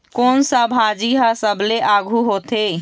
कोन सा भाजी हा सबले आघु होथे?